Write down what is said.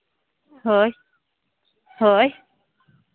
ᱦᱳᱭ ᱦᱳᱭ